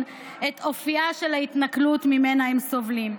את אופייה של ההתנכלות שממנה הם סובלים.